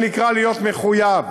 זה נקרא להיות מחויב.